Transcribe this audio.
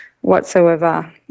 whatsoever